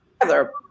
together